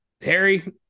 Harry